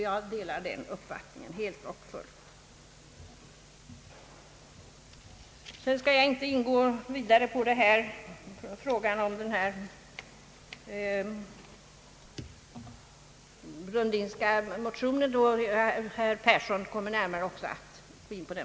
Jag delar den uppfattningen helt och fullt. Jag skall inte vidare gå in på den Brundinska motionen, då herr Fritz Persson närmare kommer att beröra den.